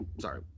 Sorry